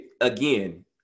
again